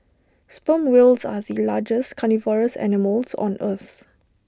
sperm whales are the largest carnivorous animals on earth